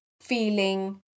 feeling